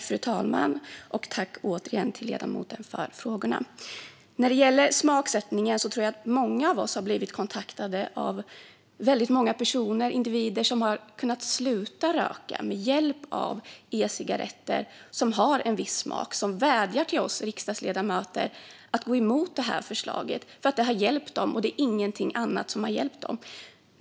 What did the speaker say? Fru talman! När det gäller smaksättningen har nog många av oss blivit kontaktade av personer som har kunnat sluta röka med hjälp av e-cigaretter med smak. De vädjar till oss riksdagsledamöter att gå emot detta förslag, för detta har hjälpt dem när inget annat har gjort det.